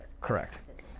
correct